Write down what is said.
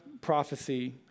prophecy